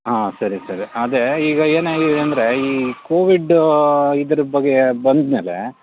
ಹಾಂ ಸರಿ ಸರಿ ಅದೇ ಈಗ ಏನಾಗಿದೆ ಅಂದರೆ ಈ ಕೋವಿಡ್ ಇದ್ರ ಬಗ್ಗೆ ಬಂದ್ಮೇಲೆ